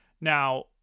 Now